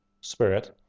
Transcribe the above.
Spirit